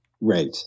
Right